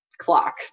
clock